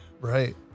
Right